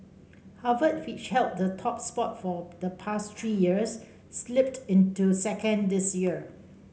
Harvard which held the top spot for the past three years slipped into second this year